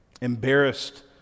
embarrassed